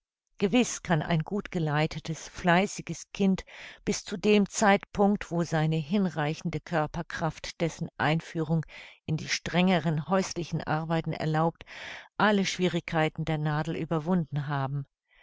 gewiß kann ein gut geleitetes fleißiges kind bis zu dem zeitpunkt wo seine hinreichende körperkraft dessen einführung in die strengeren häuslichen arbeiten erlaubt alle schwierigkeiten der nadel überwunden haben